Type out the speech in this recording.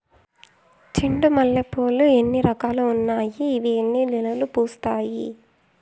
చెండు మల్లె పూలు లో ఎన్ని రకాలు ఉన్నాయి ఇవి ఎన్ని నెలలు పూస్తాయి